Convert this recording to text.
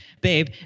babe